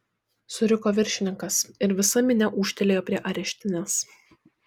suriko viršininkas ir visa minia ūžtelėjo prie areštinės